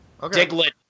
Diglett